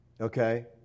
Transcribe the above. Okay